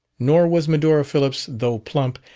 nor was medora phillips, though plump,